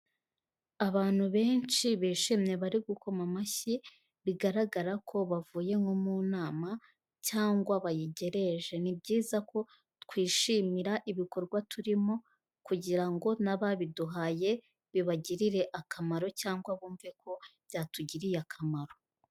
Abantu benshi bishimye bari gukoma amashyi, bigaragara ko bavuye nko mu nama cyangwa bayigereje, ni byiza ko twishimira ibikorwa turimo kugira ngo n'ababiduhaye, bibagirire akamaro cyangwa bumve ko byatugiriye akamaro.